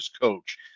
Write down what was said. coach